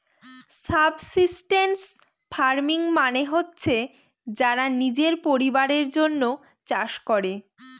subsistence farming মানে হচ্ছে যারা নিজের পরিবারের জন্য চাষ করে